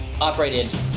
operated